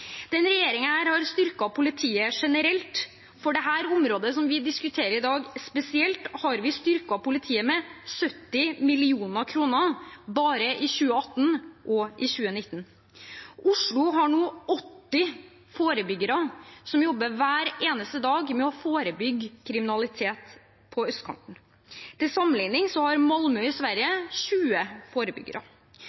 har styrket politiet generelt. For det området som vi diskuterer her i dag spesielt, har vi styrket politiet med 70 mill. kr bare i 2018 og i 2019. Oslo har nå 80 forebyggere som jobber hver eneste dag med å forebygge kriminalitet på østkanten. Til sammenligning har Malmö i Sverige